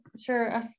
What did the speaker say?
sure